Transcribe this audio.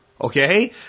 okay